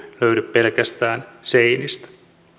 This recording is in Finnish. pelkästään seinistä